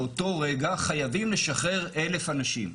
באותו רגע חייבים לשחרר 1,000 אנשים.